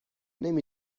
نمی